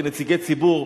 כנציגי ציבור,